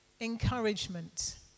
encouragement